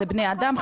אלה בני אדם,